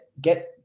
get